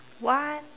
what